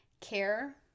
care